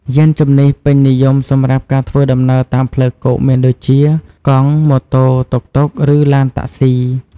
យានជំនិះពេញនិយមសម្រាប់ការធ្វើដំណើរតាមផ្លូវគោកមានដូចជា កង់ ម៉ូតូ តុកតុក ឬ ឡានតាក់សុី។